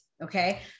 Okay